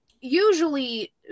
usually